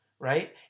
right